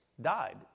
died